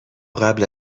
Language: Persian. قبل